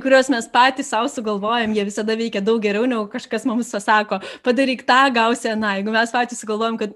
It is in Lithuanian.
kuriuos mes patys sau sugalvojam jie visada veikia daug geriau negu kažkas mums sako padaryk tą gausi aną jeigu mes patys sugalvojam kad